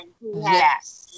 yes